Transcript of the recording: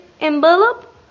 envelope